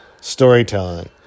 storytelling